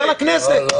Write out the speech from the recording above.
וחוזר לכנסת באותו רגע.